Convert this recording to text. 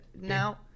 now